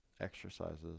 exercises